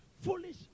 Foolish